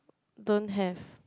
don't have